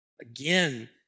again